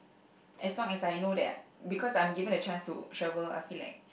as long as I know that because I'm given a chance to travel I feel like